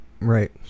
Right